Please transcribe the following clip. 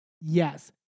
Yes